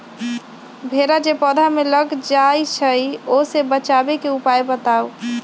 भेरा जे पौधा में लग जाइछई ओ से बचाबे के उपाय बताऊँ?